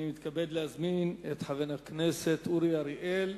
אני מתכבד להזמין את חבר הכנסת אורי אריאל.